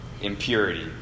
impurity